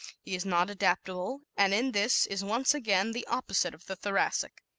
he is not adaptable and in this is once again the opposite of the thoracic.